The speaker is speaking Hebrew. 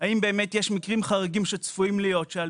האם באמת יש מקרים חריגים שצפויים להיות שעל